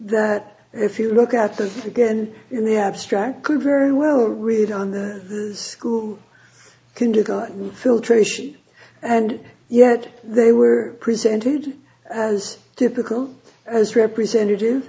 that if you look at them again in the abstract could very well read on the school kindergarten filtration and yet they were presented as typical as representative